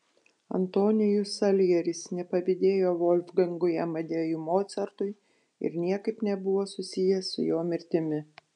antonijus saljeris nepavydėjo volfgangui amadėjui mocartui ir niekaip nebuvo susijęs su jo mirtimi